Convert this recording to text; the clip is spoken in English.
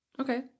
Okay